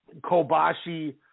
Kobashi